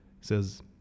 says